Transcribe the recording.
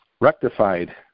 rectified